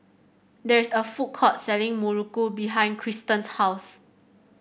there is a food court selling muruku behind Kristan's house